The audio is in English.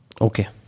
Okay